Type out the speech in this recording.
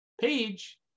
page